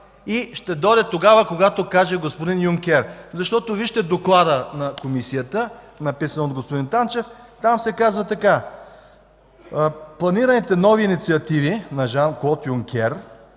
и ще дойде тогава, когато дойде господин Юнкер. Защото, вижте доклада на Комисията, написан от господин Танчев. Там се казва: „Планираните нови инициативи на Жан Клод Юнкер